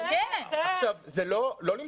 זה לא יותר